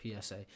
PSA